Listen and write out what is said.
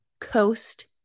Coast